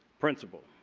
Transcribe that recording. principal.